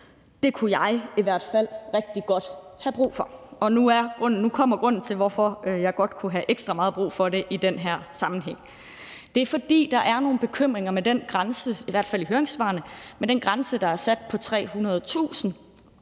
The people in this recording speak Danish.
Det kunne jeg i hvert fald rigtig godt have brug for. Og nu kommer grunden til, hvorfor jeg godt kunne have ekstra meget brug for det i den her sammenhæng. Det er, fordi der, i hvert fald i høringssvarene, er nogle bekymringer i forhold til den grænse, der er sat på 300.000